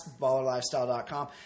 ballerlifestyle.com